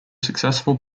successful